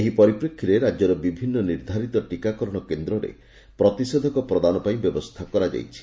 ଏହି ପରିପ୍ରେକ୍ଷୀରେ ରାକ୍ୟର ବିଭିନ୍ନ ନିର୍ବ୍ବାରିତ ଟିକାକରଣ କେସ୍ରରେ ପ୍ରତିଷେଧକ ପ୍ରଦାନ ପାଇଁ ବ୍ୟବସ୍କା କରାଯାଇଛି